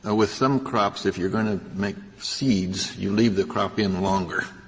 ah with some crops if you are going to make seeds, you leave the crop in longer.